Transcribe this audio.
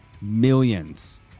millions